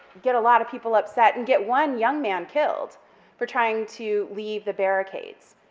get a lot of people upset and get one young man killed for trying to leave the barricades,